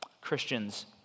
Christians